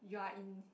you are in